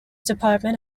department